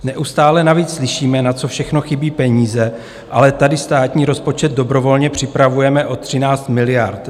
Neustále navíc slyšíme, na co všechno chybí peníze, ale tady státní rozpočet dobrovolně připravujeme o 13 miliard.